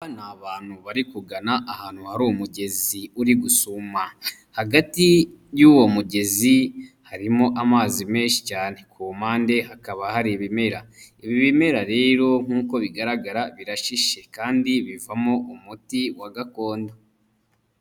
Aba ni abantu bari kugana ahantu hari umugezi uri gusuma, hagati y'uwo mugezi harimo amazi menshi cyane ku mpande hakaba hari ibimera ibimera rero nk'uko bigaragara birashishe kandi bivamo umuti wa gakondo.